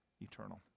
eternal